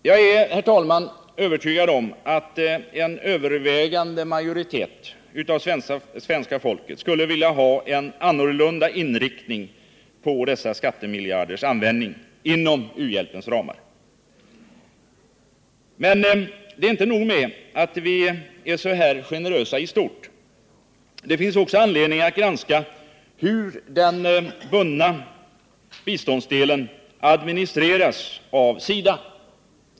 Jag är, herr talman, övertygad om att en övervägande majoritet av svenska folket skulle vilja ha en annorlunda inriktning på dessa skattemiljarders användning inom u-hjälpens ramar. Men det är inte nog med att vi är så här generösa i stort. Det finns också anledning att granska hur den bundna biståndsdelen administreras av SIDA.